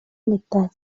metal